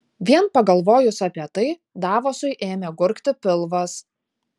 vien pagalvojus apie tai davosui ėmė gurgti pilvas